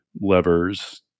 levers